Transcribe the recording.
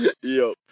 Yo